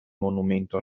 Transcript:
monumento